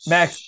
Max